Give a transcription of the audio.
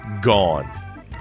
gone